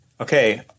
okay